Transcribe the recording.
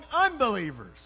unbelievers